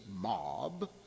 mob